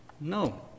No